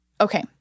Okay